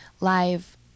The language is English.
live